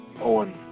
Owen